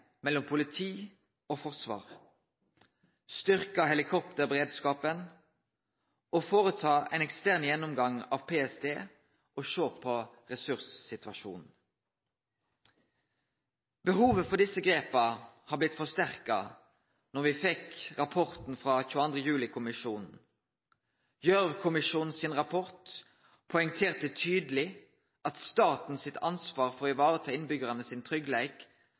mellom politi og forsvar og styrkje helikopterberedskapen, gjere ein eksternt gjennomgang av PST og sjå på ressurssituasjonen. Behovet for desse grepa har blitt forsterka da me fekk rapporten frå 22. juli-kommisjonen. Gjørv-kommisjonen sin rapport poengterte tydeleg at staten sitt ansvar for å vareta innbyggjarane sin tryggleik